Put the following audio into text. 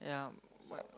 yeah but